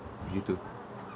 he need to